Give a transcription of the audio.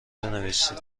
بنویسید